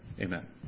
Amen